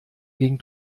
gegen